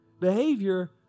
behavior